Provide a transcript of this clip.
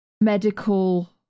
medical